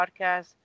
podcast